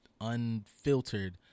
unfiltered